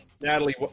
Natalie